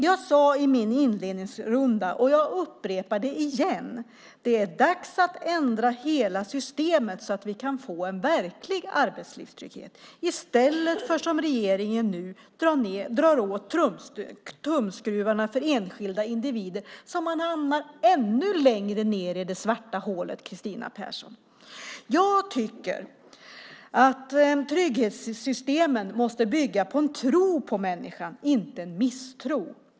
Jag sade i inledningsrundan, och jag upprepar det igen, att det är dags att ändra hela systemet så att vi kan få en verklig arbetslivstrygghet i stället för att, som regeringen nu gör, dra åt tumskruvarna för enskilda individer så att de hamnar ännu längre ned i det svarta hålet, Cristina Husmark Pehrsson. Jag tycker att trygghetssystemen måste bygga på en tro på människan, inte på misstro.